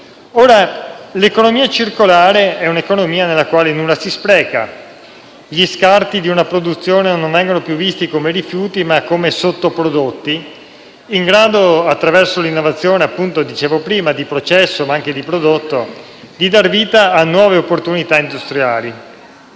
Ora, l'economia circolare è un'economia nella quale nulla si spreca, gli scarti di una produzione non vengono più visti come rifiuti ma come sottoprodotti in grado, attraverso l'innovazione, come dicevo prima, di processo ma anche di prodotto, di dar vita a nuove opportunità industriali.